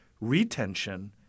retention